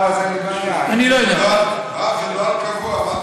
זה נוהל קבוע.